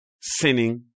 sinning